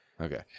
Okay